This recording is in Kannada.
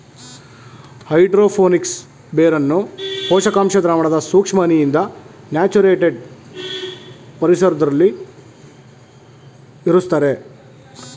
ಹೈಡ್ರೋ ಫೋನಿಕ್ಸ್ ಬೇರನ್ನು ಪೋಷಕಾಂಶ ದ್ರಾವಣದ ಸೂಕ್ಷ್ಮ ಹನಿಯಿಂದ ಸ್ಯಾಚುರೇಟೆಡ್ ಪರಿಸರ್ದಲ್ಲಿ ಇರುಸ್ತರೆ